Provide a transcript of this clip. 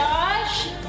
Josh